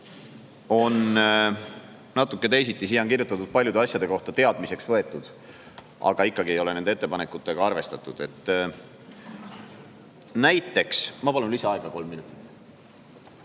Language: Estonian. on natuke teisiti, siia on kirjutatud paljude asjade kohta: teadmiseks võetud. Aga ikkagi ei ole nende ettepanekutega arvestatud. Näiteks … Ma palun lisaaega kolm minutit.